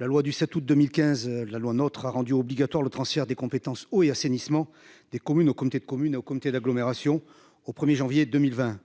La loi du 7 août 2015, la loi notre a rendu obligatoire le transfert des compétences eau et assainissement des communes au comité de communes au comité d'agglomération au 1er janvier 2020,